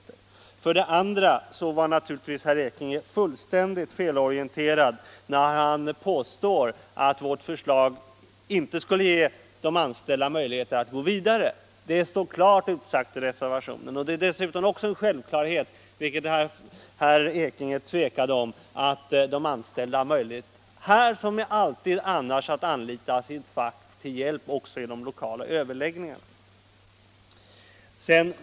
För det andra var naturligtvis herr Ekinge felorienterad när han påstod att vårt förslag inte skulle ge de anställda möjligheter att gå vidare. Den rätten är klart utsagd i reservationen. Det är dessutom en självklarhet — vilket herr Ekinge tvekade inför — att de anställda här som annars alltid har möjlighet att anlita fackets hjälp i lokala överläggningar.